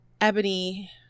Ebony